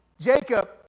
Jacob